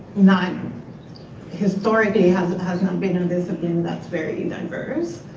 not historically has has not been a discipline that's very diverse.